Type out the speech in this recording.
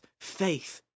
faith